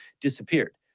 disappeared